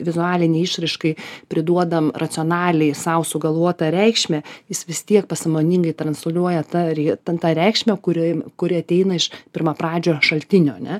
vizualinei išraiškai priduodam racionaliai sau sugalvota reikšmę jis vis tiek pasąmoningai transliuoja tą ry ten tą reikšmę kurioj im kuri ateina iš pirmapradžio šaltinio ane